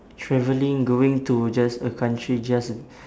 travelling going to just a country just